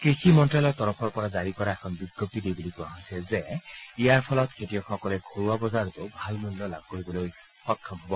কৃষি মন্ত্যালয়ৰ তৰফৰ পৰা জাৰি কৰা এখন বিজ্ঞপ্তিত এই বুলি কোৱা হৈছে যে ইয়াৰ ফলত খেতিয়কসকলে ঘৰুৱা বজাৰতো ভাল মূল্য লাভ কৰিবলৈ সক্ষম হব